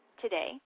today